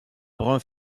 brun